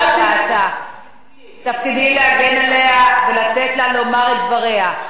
הזכות, תפקידי להגן עליה ולתת לה לומר את דבריה.